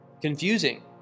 confusing